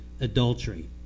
adultery